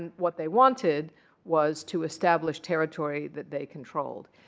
and what they wanted was to establish territory that they controlled.